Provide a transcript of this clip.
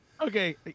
Okay